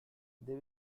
they